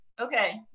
Okay